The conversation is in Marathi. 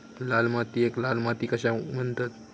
लाल मातीयेक लाल माती कशाक म्हणतत?